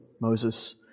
Moses